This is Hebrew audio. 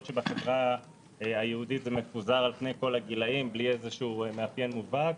שבחברה היהודית זה מפוזר על פני כול הגילאים בלי מאפיין מובהק,